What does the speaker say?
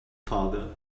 father